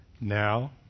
Now